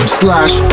slash